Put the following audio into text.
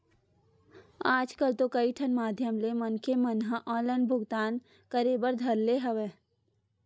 आजकल तो कई ठन माधियम ले मनखे मन ह ऑनलाइन भुगतान करे बर धर ले हवय